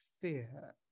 fear